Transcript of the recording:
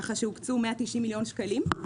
כך שהוקצו 190 מיליון שקלים.